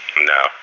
No